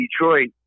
Detroit